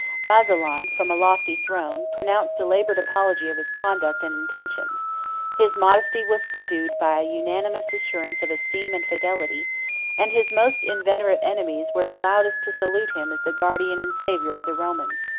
muzalon, from a lofty throne, pronounced a labored apology of his conduct and intentions his modesty was subdued by a unanimous assurance of esteem and fidelity and his most inveterate enemies were the loudest to salute him as the guardian and savior of the romans.